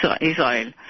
israel